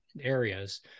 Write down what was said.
areas